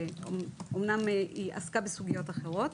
אמנם היא עסקה בסוגיות אחרות.